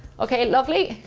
okay, lovely.